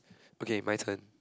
okay my turn